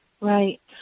Right